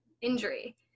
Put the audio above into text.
injury